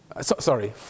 Sorry